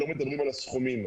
לא מדברים על הסכומים.